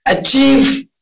achieve